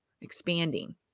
expanding